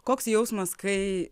koks jausmas kai